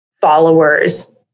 followers